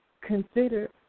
consider